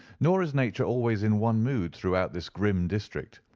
nor is nature always in one mood throughout this grim district.